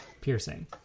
piercing